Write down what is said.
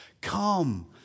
Come